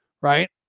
right